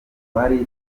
wari